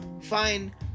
fine